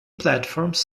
platforms